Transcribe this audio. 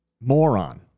Moron